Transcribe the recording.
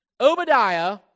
Obadiah